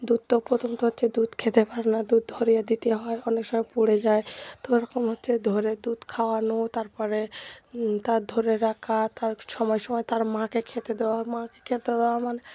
দুধ তো পোথম তো হচ্ছে দুধ খেতে পারে না দু্ধ ধরিয়ে দিতে হয় অনেক সময় পড়ে যায় তো ওরকম হচ্ছে ধরে দুধ খাওয়ানো তার পরে তার ধরে রাখা তার সময় সময় তার মাকে খেতে দেওয়া মাকে খেতে দেওয়া মানে